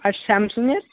আর স্যামসাংয়ের